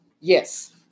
Yes